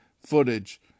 footage